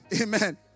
Amen